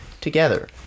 together